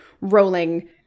rolling